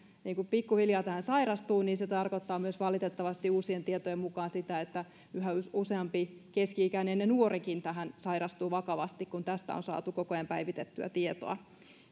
pikkuhiljaa tähän sairastuu niin se tarkoittaa valitettavasti uusien tietojen mukaan myös sitä että yhä useampi keski ikäinen ja nuorikin tähän sairastuu vakavasti tästä on saatu koko ajan päivitettyä tietoa